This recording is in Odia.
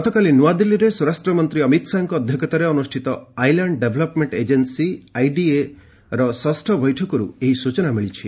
ଗତକାଲି ନୂଆଦିଲ୍ଲୀରେ ସ୍ୱରାଷ୍ଟ୍ରମନ୍ତ୍ରୀ ଅମିତ ଶାହାଙ୍କ ଅଧ୍ୟକ୍ଷତାରେ ଅନୁଷ୍ଠିତ ଆଇଲ୍ୟାଣ୍ଡ ଡେଭ୍ଲପମେଣ୍ଟ ଏଜେନ୍ନୀ ଆଇଡିଏର ଷଷ୍ଠ ବୈଠକରୁ ଏହି ସୂଚନା ମିଳିଛି